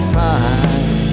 time